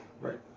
Right